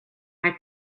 mae